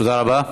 תודה רבה.